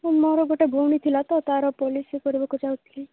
ମୋର ଗୋଟେ ଭଉଣୀ ଥିଲା ତ ତା'ର ଗୋଟେ ପଲିସି କରିବାକୁ ଚାହୁଁଥିଲି